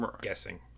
guessing